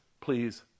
please